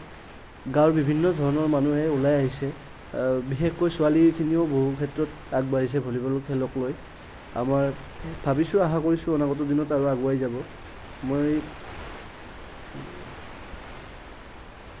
গাঁৱৰ বিভিন্ন ধৰণৰ মানুহে ওলাই আহিছে বিশেষকৈ ছোৱালীখিনিও বহু ক্ষেত্ৰত আগবাঢ়িছে ভলীবল খেলক লৈ আমাৰ ভাবিছোঁ আশা কৰিছোঁ অনাগত দিনত আৰু আগুৱাই যাব মই